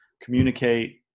communicate